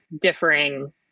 differing